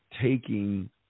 taking